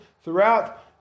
throughout